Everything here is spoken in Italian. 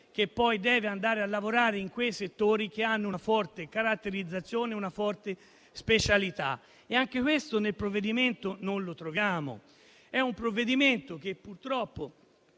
che poi deve andare a lavorare in quei settori che hanno una forte caratterizzazione, una forte specialità. Anche questo nel provvedimento non lo troviamo. Si tratta di un disegno di legge che purtroppo